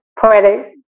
poetic